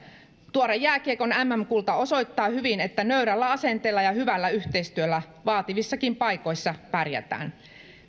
tuore jääkiekon mm kulta osoittaa hyvin että nöyrällä asenteella ja hyvällä yhteistyöllä vaativissakin paikoissa pärjätään